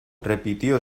repitió